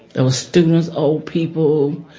there were students, old people,